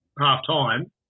half-time